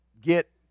get